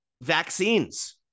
vaccines